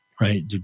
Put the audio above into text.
right